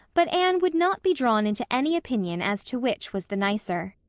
but anne would not be drawn into any opinion as to which was the nicer.